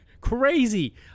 Crazy